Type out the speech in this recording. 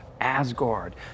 Asgard